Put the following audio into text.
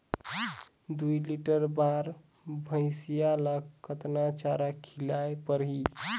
दुई लीटर बार भइंसिया ला कतना चारा खिलाय परही?